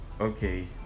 Okay